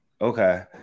Okay